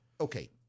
okay